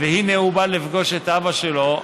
והינה הוא בא לפגוש את אבא שלו.